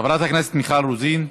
חברת הכנסת מיכל רוזין,